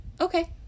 okay